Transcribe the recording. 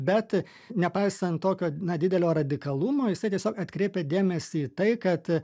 bet nepaisant tokio na didelio radikalumo jisai tiesiog atkreipia dėmesį į tai kad